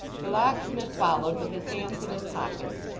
the locksmith followed with his hands in his pockets,